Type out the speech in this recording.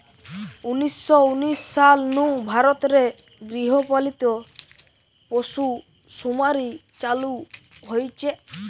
উনিশ শ উনিশ সাল নু ভারত রে গৃহ পালিত পশুসুমারি চালু হইচে